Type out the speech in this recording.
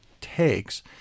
takes